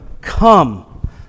come